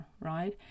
right